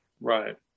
Right